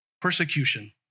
persecution